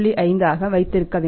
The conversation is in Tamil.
5ஆக வைத்திருக்க வேண்டும்